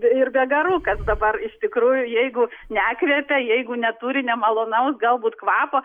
ir be garų kas dabar iš tikrųjų jeigu nekvepia jeigu neturi nemalonaus galbūt kvapo